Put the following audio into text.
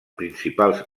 principals